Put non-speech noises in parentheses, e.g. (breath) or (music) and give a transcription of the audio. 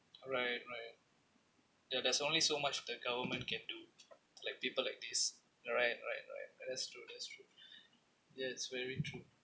right right ya there's only so much the government can do like people like this right right right that's true that's true (breath) yes very true